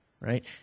right